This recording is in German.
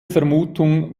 vermutung